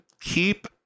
keep